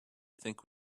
think